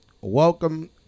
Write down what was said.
welcome